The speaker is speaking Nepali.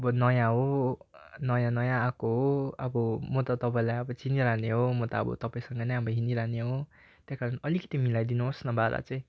अब नयाँ हो नयाँ नयाँ आएको हो अब म त तपाईँलाई अब चिनिरहने हो म त अब तपाईँसँग नै हिँडिरहने हो त्यहीकारण अलिकति मिलाइदिनुहोस् न भाडा चाहिँ